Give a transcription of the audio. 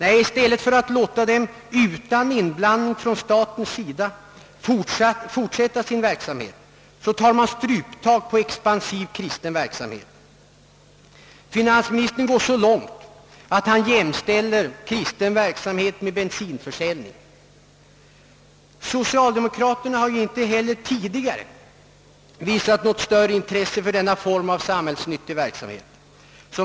I stället för att låta dem utan inblandning från statens sida fortsätta sitt arbete, tar man ett stryptag på expansiv kristen verksamhet. Finansministern går så långt, att han jämställer kristen verksamhet med bensinförsäljning. Socialdemokraterna har inte heller tidigare visat något större intresse för denna form av samhällsnyttig verksamhet.